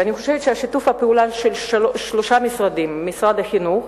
אני חושבת ששיתוף הפעולה של שלושת המשרדים הוא חשוב מאוד: משרד החינוך